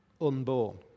unborn